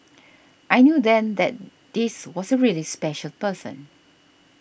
I knew then that this was a really special person